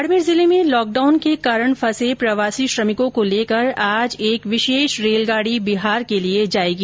बाडमेर जिले में लॉकडाउन के कारण फंसे प्रवासी श्रमिकों को लेकर आज एक विशेष रेलगाडी बिहार के लिए जायेगी